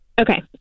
Okay